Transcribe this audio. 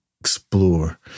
explore